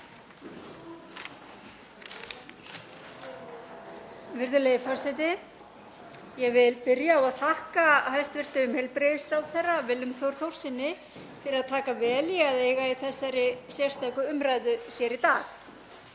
Virðulegi forseti. Ég vil byrja á að þakka hæstv. heilbrigðisráðherra Willum Þór Þórssyni fyrir að taka vel í að eiga þessa sérstöku umræðu hér í dag.